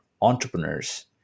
entrepreneurs